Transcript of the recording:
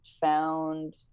found